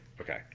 Okay